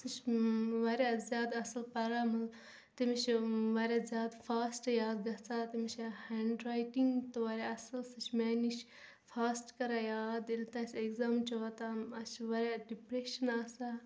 سُہ چھِ واریاہ زیادٕ اَصٕل پَران مہٕ تٔمِس چھِ واریاہ زیادٕ فاسٹ یاد گَژھان تٔمِس چھےٚ ہٮ۪نٛڈ رایٹِنٛگ تہٕ واریاہ اَصٕل سُہ چھِ میٛانہِ نِش فاسٹ کَران یاد ییٚلہِ تہٕ اَسہِ اٮ۪گزام چھُ واتان اَسہِ چھِ واریاہ ڈِپرٮ۪شَن آسان